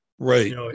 Right